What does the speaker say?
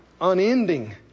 unending